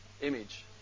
image